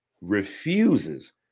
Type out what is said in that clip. refuses